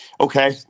Okay